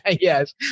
yes